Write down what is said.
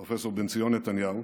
פרופ' בן ציון נתניהו,